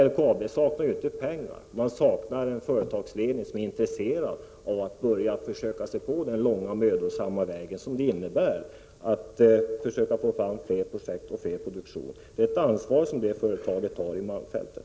LKAB saknar inte pengar, men saknar en företagsledning som är intresserad av att börja ge sig ut på den långa och mödosamma vägen att försöka få fram flera projekt och större produktion. Det är ett ansvar som detta företag har i malmfälten.